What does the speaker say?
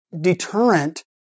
deterrent